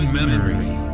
memory